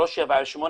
378,